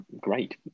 great